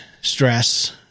stress